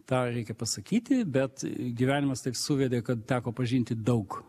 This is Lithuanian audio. tą reikia pasakyti bet gyvenimas taip suvedė kad teko pažinti daug